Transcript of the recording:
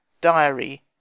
diary